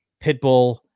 Pitbull